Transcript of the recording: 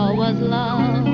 was love